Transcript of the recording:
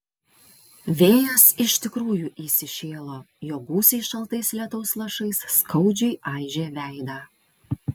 vėjas iš tikrųjų įsišėlo jo gūsiai šaltais lietaus lašais skaudžiai aižė veidą